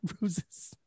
roses